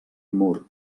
mur